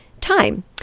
time